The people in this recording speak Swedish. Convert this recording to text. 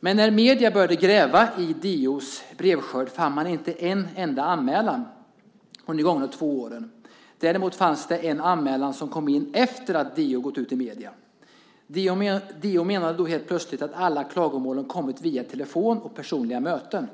Men när medierna började gräva i DO:s brevskörd fann man inte en enda anmälan under de gångna två åren. Däremot fanns det en anmälan som kom in efter att DO gått ut i medierna. DO menade då helt plötsligt att alla klagomål kommit via telefon och personliga möten.